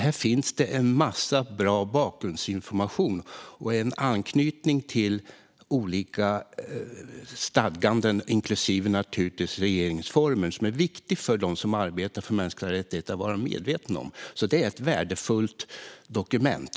Här finns nämligen en massa bra bakgrundsinformation och en anknytning till olika stadganden, inklusive naturligtvis regeringsformen, som det är viktigt för dem som arbetar med mänskliga rättigheter att vara medvetna om. Det är alltså ett värdefullt dokument.